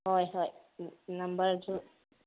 ꯍꯣꯏ ꯍꯣꯏ ꯅꯝꯕꯔꯁꯨ